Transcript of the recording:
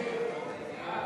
הצעת